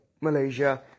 Malaysia